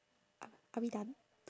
a~ are we done